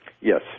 Yes